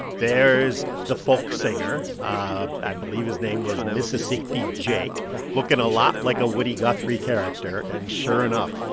there's the folk singer ah i believe his name was mississippi jake looking a lot like a woody guthrie character and, sure enough,